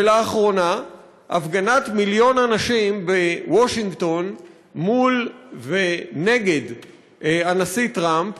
ולאחרונה הפגנת מיליון הנשים בוושינגטון מול ונגד הנשיא טראמפ